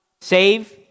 Save